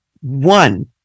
one